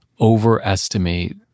overestimate